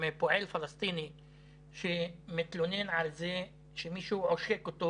תלונה מפועל פלסטיני שמתלונן על זה שמישהו עושק אותו